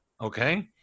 okay